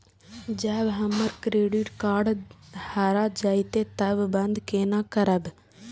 जब हमर credit card हरा जयते तब बंद केना करब?